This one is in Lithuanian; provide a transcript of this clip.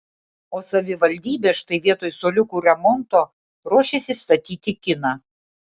o savivaldybė štai vietoj suoliukų remonto ruošiasi statyti kiną